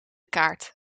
kaart